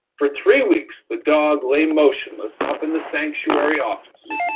for three weeks the dog lay motionless up in the sanctuary office,